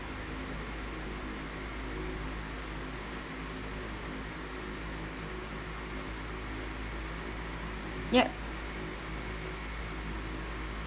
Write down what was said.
yup